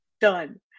done